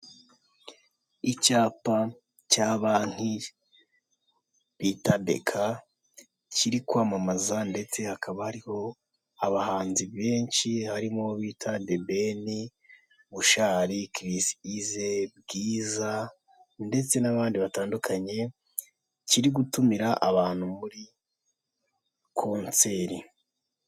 Icyapa cya banki bita Beka kiri kwamamaza ndetse hakaba hariho abahanzi benshi harimo uwo bita debeni, bushali, kirisi ize, Bwiza ndetse nabandi batandukanye, kiri gutumira abantu muri konseri.